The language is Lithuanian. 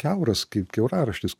kiauras kaip kiauraraštis